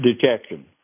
detection